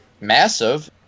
massive